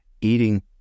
eating